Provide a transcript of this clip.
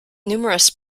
numerous